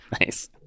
Nice